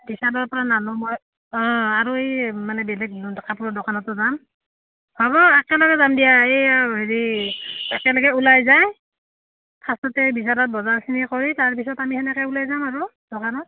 বিশালৰ পৰা নানো মই অঁ আৰু এই মানে বেলেগ কাপোৰৰ দোকানতো যাম হ'ব একেলগে যাম দিয়া এই হেৰি একেলগে ওলাই যাই সাঁচোতে বিশালত বজাৰ খিনি কৰি তাৰপিছত আমি সেনেকে ওলাই যাম আৰু দোকানত